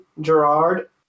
Gerard